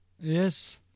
Yes